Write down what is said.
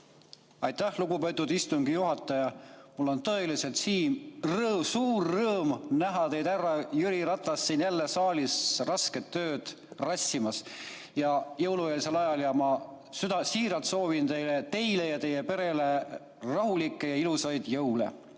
Aitäh, lugupeetud istungi juhataja! Mul on tõeliselt suur rõõm näha teid, härra Jüri Ratas, jälle siin saalis rasket tööd rassimas jõulueelsel ajal. Ja ma siiralt soovin teile ja teie perele rahulikke ja ilusaid jõule.